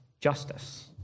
justice